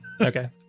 Okay